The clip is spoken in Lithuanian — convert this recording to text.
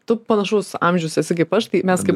tu panašaus amžiaus esi kaip aš tai mes kaip